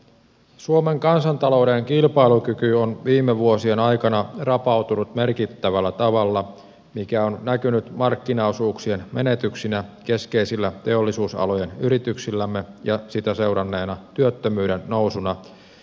suomen kansantalouden kilpailukyky on viime vuosien aikana rapautunut merkittävällä tavalla mikä on näkynyt markkinaosuuksien menetyksinä keskeisillä teollisuusalojen yrityksillämme ja sitä seuranneena työttömyyden nousuna irtisanomisten myötä